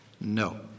No